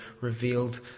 revealed